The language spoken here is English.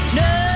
no